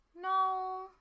no